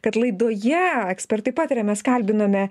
kad laidoje ekspertai pataria mes kalbinome